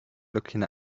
looking